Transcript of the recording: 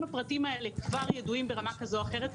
הפרטים האלה ידועים כבר ברמה כזו או אחרת,